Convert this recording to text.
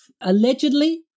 Allegedly